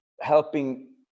helping